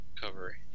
cover